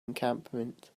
encampment